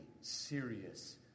serious